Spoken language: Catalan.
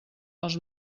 els